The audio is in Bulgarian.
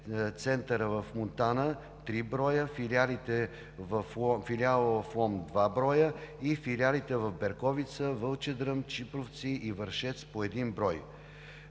Центъра в Монтана – три броя, филиала в Лом – два броя, и филиалите в Берковица, Вълчедръм, Чипровци и Вършец – по един брой.